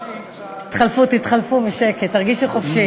תתחלפו, תתחלפו בשקט, תרגישו חופשי.